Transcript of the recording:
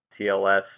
TLS